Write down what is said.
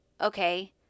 okay